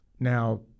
Now